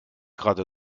gerade